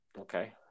Okay